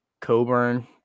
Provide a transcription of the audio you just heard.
Coburn –